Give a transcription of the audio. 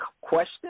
question